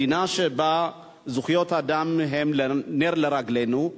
מדינה שבה זכויות האדם הם נר לרגלינו,